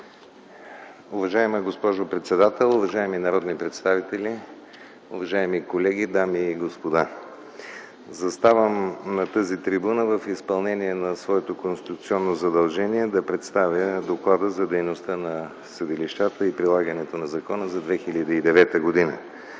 Уважаема госпожо председател, уважаеми народни представители, уважаеми колеги, дами и господа! Заставам на тази трибуна в изпълнение на своето конституционно задължение да представя Доклада за дейността на съдилищата и прилагането на закона за 2009 г.